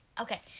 Okay